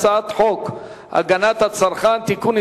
הצעת חוק הגנת הצרכן (תיקון,